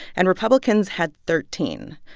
and republicans had thirteen.